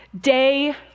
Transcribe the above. day